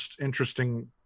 interesting